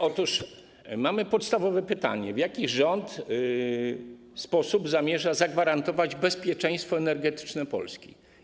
Otóż mamy podstawowe pytanie: W jaki sposób rząd zamierza zagwarantować bezpieczeństwo energetyczne Polski?